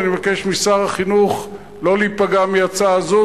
ואני מבקש משר החינוך לא להיפגע מהצעה זו,